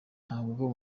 ntabwo